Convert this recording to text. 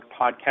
Podcast